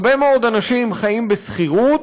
הרבה מאוד אנשים חיים בשכירות,